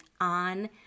on